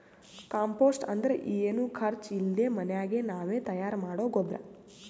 compost ಅಂದ್ರ ಏನು ಖರ್ಚ್ ಇಲ್ದೆ ಮನ್ಯಾಗೆ ನಾವೇ ತಯಾರ್ ಮಾಡೊ ಗೊಬ್ರ